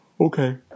Okay